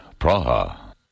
Praha